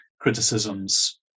criticisms